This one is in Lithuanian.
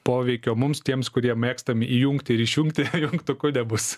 poveikio mums tiems kurie mėgstam įjungti ir išjungti jungtuku nebus